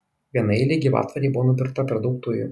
vienaeilei gyvatvorei buvo nupirkta per daug tujų